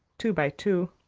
two by two,